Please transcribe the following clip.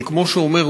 אבל כמו שאומר,